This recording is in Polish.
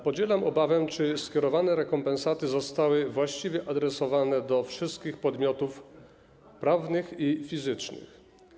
Podzielam obawę, czy rekompensaty zostały właściwie adresowane do wszystkich podmiotów prawnych i fizycznych.